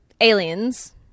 aliens